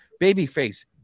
babyface